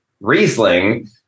Riesling